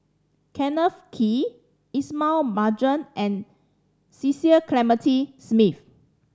Kenneth Kee Ismail Marjan and Cecil Clementi Smith